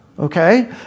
Okay